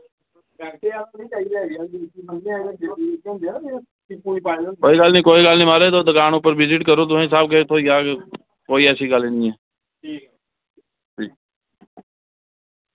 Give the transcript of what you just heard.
कोई गल्ल निं म्हाराज कोई गल्ल निं तुस दुकान उप्पर विजिट करो तुसें ई थ्होई जाह्ग सब किश कोई ऐसी गल्ल निं ऐ